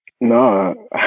No